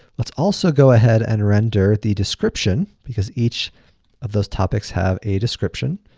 let's also go ahead and render the description because each of those topics have a description.